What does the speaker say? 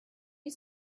you